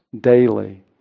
daily